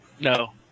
No